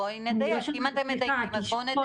אם אתם מדייקים אז בואו נדייק.